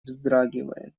вздрагивает